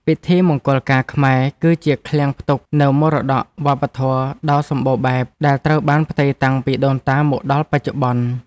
ពិធីមង្គលការខ្មែរ គឺជាឃ្លាំងផ្ទុកនូវមរតកវប្បធម៌ដ៏សម្បូរបែបដែលត្រូវបានផ្ទេរតាំងពីដូនតាមកដល់បច្ចុប្បន្ន។